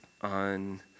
on